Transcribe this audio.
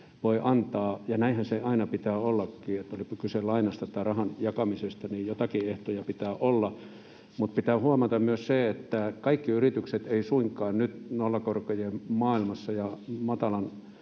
voi antaa. Näinhän sen aina pitää ollakin: olipa kyse lainasta tai rahan jakamisesta, niin joitakin ehtoja pitää olla. Mutta pitää huomata myös se, että kaikki yritykset eivät suinkaan nyt nollakorkojen maailmassa ja matalien